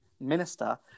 Minister